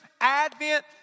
Advent